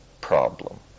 problem